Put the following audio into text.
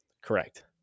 Correct